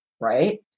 right